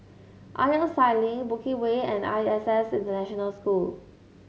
Ironside Link Bukit Way and I S S International School